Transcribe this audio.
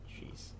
Jeez